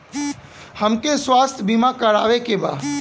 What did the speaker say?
हमके स्वास्थ्य बीमा करावे के बा?